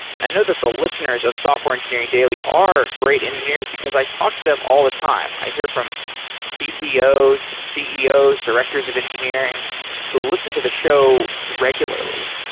and i know that the listeners of software engineering daily are great engineers because i talked to them all the time. i hear from ctos, ceos, directors of engineering who listen to the show regularly.